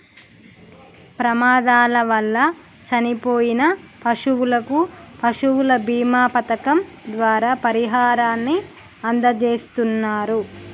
ప్రమాదాల వల్ల చనిపోయిన పశువులకు పశువుల బీమా పథకం ద్వారా పరిహారాన్ని అందజేస్తున్నరు